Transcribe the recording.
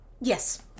Yes